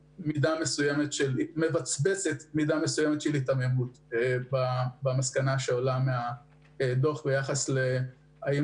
אך מבצבצת מידה מסוימת של היתממות במסקנה שעולה מהדוח ביחס להאם